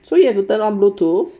so you have to turn on bluetooth